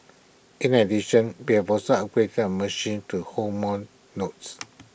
in addition we have also upgraded our machines to hold more notes